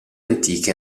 antiche